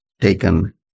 taken